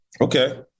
Okay